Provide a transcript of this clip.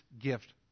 gift